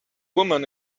woman